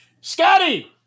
Scotty